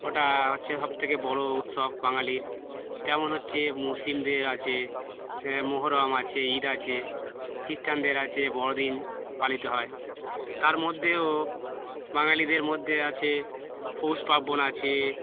ওটা হচ্ছে সবথেকে বড়ো উৎসব বাঙালির তেমন হচ্ছে মুসলিমদের আছে মহরম আছে ঈদ আছে খ্রিস্টানদের আছে বড়দিন পালিত হয় তার মধ্যেও বাঙালিদের মধ্যে আছে পৌষ পার্বণ আছে